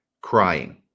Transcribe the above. crying